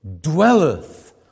dwelleth